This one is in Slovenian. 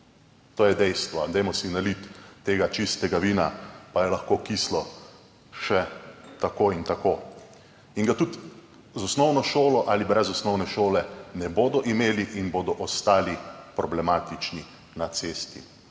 To je dejstvo. Dajmo si naliti tega čistega vina, pa je lahko kislo še tako in tako. In ga tudi z osnovno šolo ali brez osnovne šole ne bodo imeli in bodo ostali problematični na cesti.